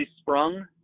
sprung